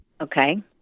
okay